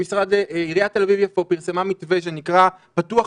עיריית תל אביב יפו פרסמה מתווה שנקרא "פתוח